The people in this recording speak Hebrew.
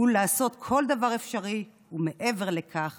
הוא לעשות כל דבר אפשרי ומעבר לכך